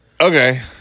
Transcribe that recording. Okay